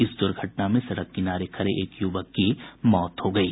इस दुर्घटना में सड़क किनारे खड़े एक युवक की मौत हो गयी